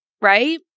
right